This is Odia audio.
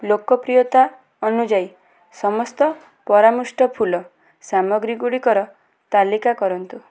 ଲୋକପ୍ରିୟତା ଅନୁଯାୟୀ ସମସ୍ତ ପରାମୃଷ୍ଟ ଫୁଲ ସାମଗ୍ରୀଗୁଡ଼ିକର ତାଲିକା କରନ୍ତୁ